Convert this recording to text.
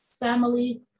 family